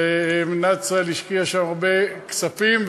מדינת ישראל השקיעה שם הרבה כספים,